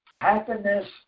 happiness